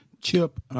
Chip